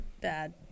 bad